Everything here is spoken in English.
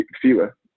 fewer